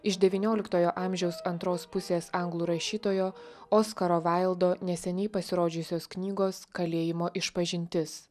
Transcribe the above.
iš devynioliktojo amžiaus antros pusės anglų rašytojo oskaro vaildo neseniai pasirodžiusios knygos kalėjimo išpažintis